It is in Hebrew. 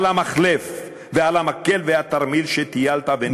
על המחלף, ועל המקל והתרמיל שטיילת אתם בנגב.